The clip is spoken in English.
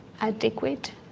adequate